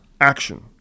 action